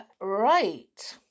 Right